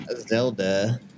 zelda